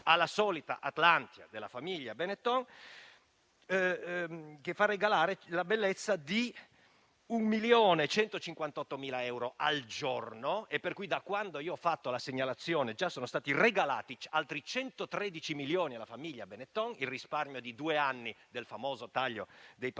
alla solita Atlantia della famiglia Benetton la bellezza di un 1.158.000 al giorno. Pertanto, da quando io ho fatto la segnalazione, già sono stati regalati altri 113 milioni alla famiglia Benetton, il risparmio di due anni per il famoso taglio dei parlamentari.